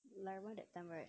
like remember that time right